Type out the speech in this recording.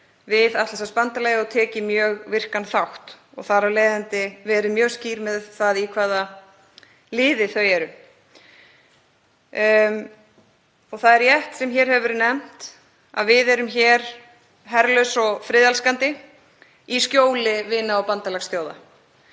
við Atlantshafsbandalagið og tekið mjög virkan þátt og þar af leiðandi verið mjög skýr um í hvaða liði þau eru. Það er rétt sem hér hefur verið nefnt, að við erum herlaus og friðelskandi þjóð í skjóli vina og bandalagsþjóða.